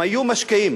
אם היו משקיעים,